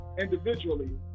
individually